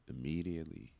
immediately